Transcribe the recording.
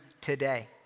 today